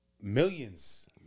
millions